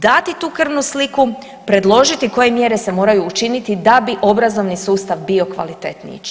Dati tu krvnu sliku, predložiti koje mjere se moraju učiniti da bi obrazovni sustav bio kvalitetniji.